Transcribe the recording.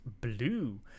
Blue